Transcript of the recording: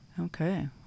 okay